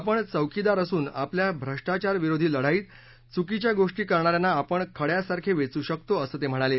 आपण चौकीदार असून आपल्या भ्रष्टाचार विरोधी लढाईत घुकीच्या गोष्टी करणा यांना आपण खड्यासारखे वेचू शकतो असं ते म्हणाले